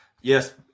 yes